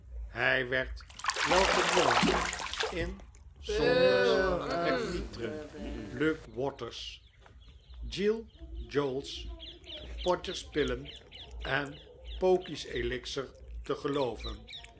hij werd wel gedwongen in saunders mcnitre luke waters giles jowls podgers pillen en pokey's elixer te gelooven